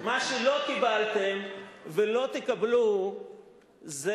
מה שלא קיבלתם ולא תקבלו מהשבשבת הזאת,